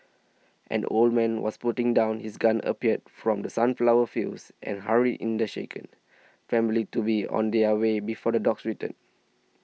an old man was putting down his gun appeared from the sunflower fields and hurried in the shaken family to be on their way before the dogs return